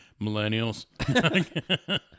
Millennials